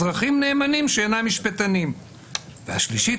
אזרחים נאמנים שאינם משפטנים; והשלישית,